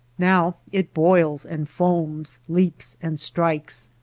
now it boils and foams, leaps and strikes,